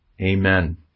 Amen